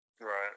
Right